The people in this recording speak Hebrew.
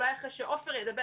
אולי אחרי שעופר ידבר,